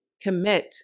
commit